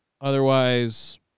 otherwise